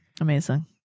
Amazing